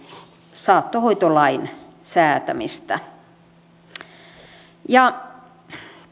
saattohoitolain säätämistä